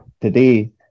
today